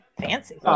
fancy